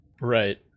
right